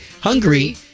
Hungary